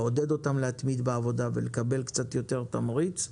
לעודד אותם להתמיד בעבודה ולקבל קצת יותר תמריץ.